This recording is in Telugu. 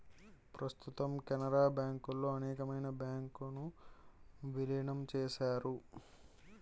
ప్రస్తుతం కెనరా బ్యాంకులో అనేకమైన బ్యాంకు ను విలీనం చేశారు